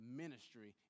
ministry